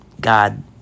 God